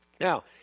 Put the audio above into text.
Now